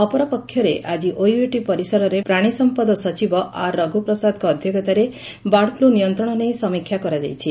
ଅପରପକ୍ଷରେ ଆକି ଓୟୁଏଟି ପରିସରରେ ପ୍ରାଶୀସମ୍ମଦ ସଚିବ ଆର୍ ରଘୁପ୍ରସାଦଙ୍କ ଅଧ୍ଧକ୍ଷତାରେ ବାର୍ଡଫ୍ପୁ ନିୟନ୍ବଶ ନେଇ ସମୀକ୍ଷା କରାଯାଇଛି